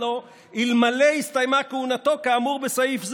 לו אלמלא הסתיימה כהונתו כאמור הסעיף זה.